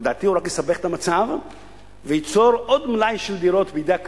לדעתי הוא רק יסבך את המצב וייצור עוד מלאי של דירות בידי הקבלנים,